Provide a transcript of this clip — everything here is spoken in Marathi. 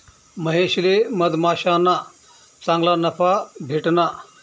महेशले मधमाश्याना चांगला नफा भेटना